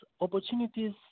opportunities